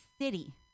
city